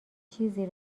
چیزی